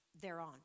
Thereon